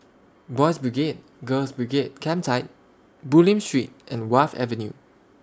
Boys' Brigade Girls' Brigade Campsite Bulim Street and Wharf Avenue